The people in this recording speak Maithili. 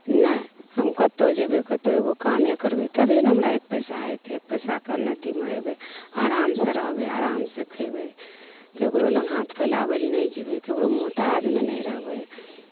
नहि हम कतहु जएबै कतहु एगो कामे करबै तबे ने हमरा एक पइसा हेतै एक पइसाके उन्नतिमे हेबै अरामसे रहबै अरामसे खएबै ककरोलग हाथ फैलाबैलए नहि जएबै ककरो मोहताजमे नहि रहबै